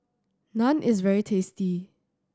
naan is very tasty